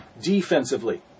defensively